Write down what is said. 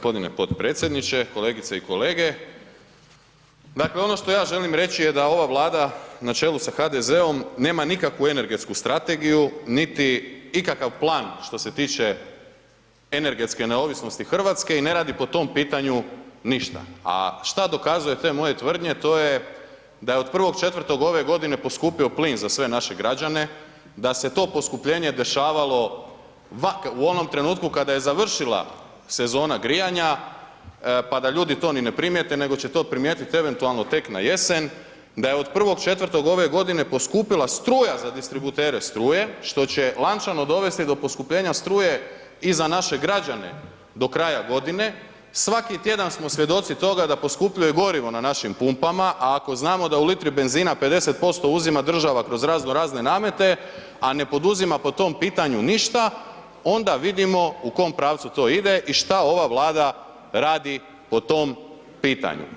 Hvala lijepo g. potpredsjedniče, kolegice i kolege, dakle, ono što ja želim reći je da ova Vlada na čelu sa HDZ-om nema nikakvu energetsku strategiju, niti ikakav plan što se tiče energetske neovisnosti RH i ne radi po tom pitanju ništa, a šta dokazuju te moje tvrdnje, to je da je od 1.4. ove godine poskupio plin za sve naše građane, da se to poskupljenje dešavalo u onom trenutku kada je završila sezona grijanja, pa da ljudi to ni ne primijete, nego će to primijetiti eventualno tek na jesen, da je od 1.4. ove godine poskupila struja za distributere struje, što će lančano dovesti do poskupljenja struje i za naše građane do kraja godine, svaki tjedan smo svjedoci toga da poskupljuje gorivo na našim pumpama, a ako znamo da u litri benzina 50% uzima država kroz razno razne namete, a ne poduzima po tom pitanju ništa, onda vidimo u kom pravcu to ide i šta ova Vlada radi po tom pitanju.